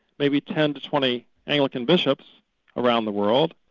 maybe ten to twenty anglican bishops around the world,